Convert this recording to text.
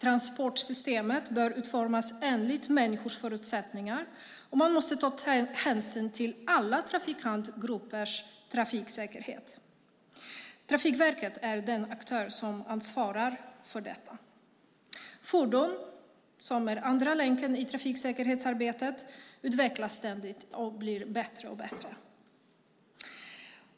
Transportsystemet bör utformas enligt människors förutsättningar, och man måste ta hänsyn till alla trafikantgruppers säkerhet. Trafikverket är den aktör som ansvarar för detta. Fordon - som är andra länken i trafiksäkerhetsarbetet - utvecklas ständigt och blir bättre och bättre.